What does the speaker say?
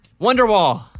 Wonderwall